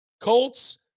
Colts